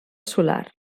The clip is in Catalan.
solar